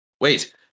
Wait